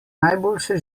najboljše